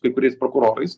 kai kuriais prokurorais